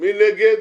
מי נגד?